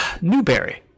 newberry